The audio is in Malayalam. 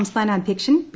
സംസ്ഥാന അദ്ധ്യക്ഷൻ പി